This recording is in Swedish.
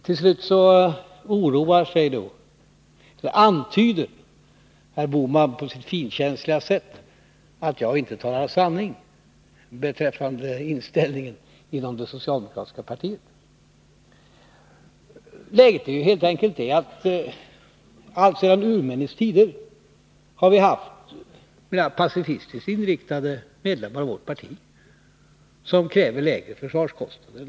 Till slut antyder Gösta Bohman, på sitt finkänsliga sätt, att jag inte talar sanning beträffande inställningen inom det socialdemokratiska partiet. Läget är ju helt enkelt det att sedan urminnes tider har vi haft mera pacifistiskt inriktade medlemmar i vårt parti, som kräver lägre försvarskostnader.